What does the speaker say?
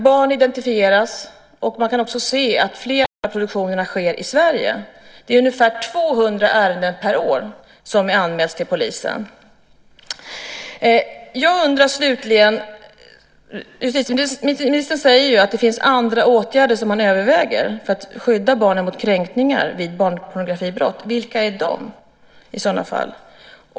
Barn identifieras. Man kan också se att fler av produktionerna sker i Sverige. Ungefär 200 ärenden per år anmäls till polisen. Justitieministern säger också att det finns andra åtgärder som man överväger för att skydda barn mot kränkningar vid barnpornografibrott. Vilka är de i så fall?